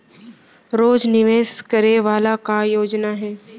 रोज निवेश करे वाला का योजना हे?